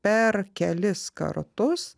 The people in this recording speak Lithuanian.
per kelis kartus